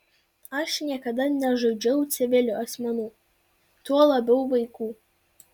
aš niekada nežudžiau civilių asmenų tuo labiau vaikų